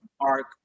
arc